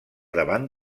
davant